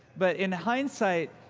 but in hindsight,